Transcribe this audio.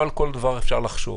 לא על כל דבר אפשר לחשוב,